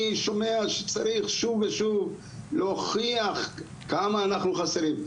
שומע שצריך שוב ושוב להוכיח כמה אנחנו חסרים,